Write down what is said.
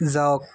যাওক